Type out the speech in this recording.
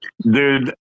dude